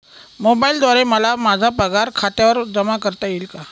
मोबाईलद्वारे मला माझा पगार खात्यावर जमा करता येईल का?